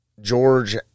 George